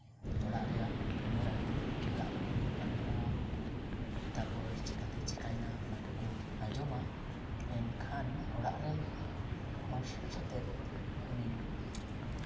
ᱚᱲᱟᱜ ᱨᱮᱭᱟᱜ ᱠᱟᱹᱢᱤᱦᱚᱨᱟ ᱠᱚ ᱚᱲᱟᱜ ᱨᱮᱠᱚ ᱜᱟᱞᱢᱟᱨᱟᱣᱟ ᱛᱟᱨᱯᱚᱨ ᱪᱤᱠᱟᱹᱛᱮ ᱪᱤᱠᱟᱹᱭᱮᱱᱟ ᱚᱱᱟ ᱠᱚᱠᱚ ᱟᱸᱡᱚᱢᱟ ᱮᱱᱠᱷᱟᱱ ᱚᱲᱟᱜ ᱨᱮᱱ ᱦᱚᱲ ᱥᱟᱛᱮᱜ ᱩᱱᱤ